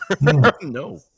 no